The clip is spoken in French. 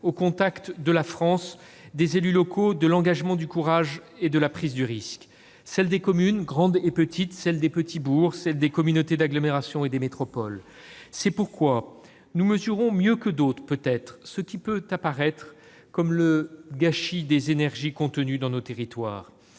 au contact de la France des élus locaux, de l'engagement, du courage et de la prise de risque, celle des communes, grandes et petites, celle des petits bourgs, des communautés d'agglomération et des métropoles. C'est pourquoi nous mesurons, mieux que d'autres peut-être, le gâchis des énergies contenues dans nos territoires.